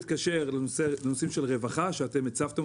זה מתקשר יותר לנושאים של רווחה שהצפתם